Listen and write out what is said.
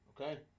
Okay